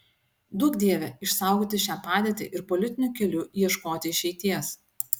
duok dieve išsaugoti šią padėtį ir politiniu keliu ieškoti išeities